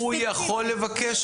הוא יכול לבקש,